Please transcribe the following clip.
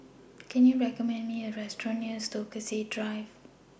Can YOU recommend Me A Restaurant near Stokesay Drive